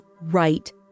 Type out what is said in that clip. right